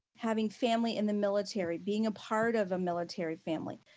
having family in the military, being a part of a military family.